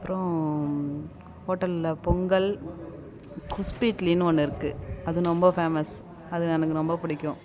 அப்புறம் ஹோட்டலில் பொங்கல் குஷ்பு இட்லினு ஒன்று இருக்குது அது ரொம்ப ஃபேமஸ் அது எனக்கு ரொம்ப பிடிக்கும்